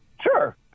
Sure